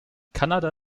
kanada